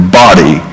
body